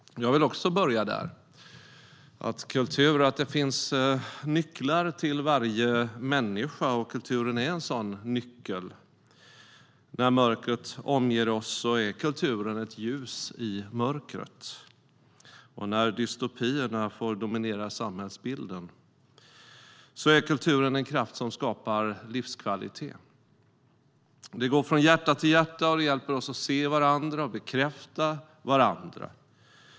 Jag vill också börja där. Det finns nycklar till varje människa, och kulturen är en sådan nyckel. När mörkret omger oss är kulturen ett ljus i mörkret. När dystopierna får dominera samhället är kulturen en kraft som skapar livskvalitet. Den går från hjärta till hjärta och hjälper oss att se varandra och bekräfta varandra.